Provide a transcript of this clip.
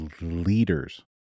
leaders